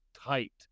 tight